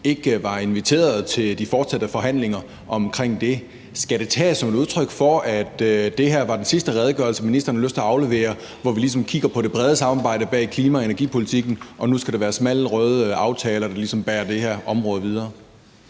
ikke var inviteret til de fortsatte forhandlinger om det. Skal det tages som et udtryk for, at det her var den sidste redegørelse, som ministeren vil aflevere, hvor vi ligesom kigger på det brede samarbejde om klima- og energipolitikken? Skal det nu være smalle røde aftaler, der ligesom bærer det her område videre?